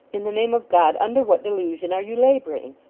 in the name of god, under what delusion are you labouring